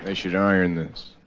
and should iron this!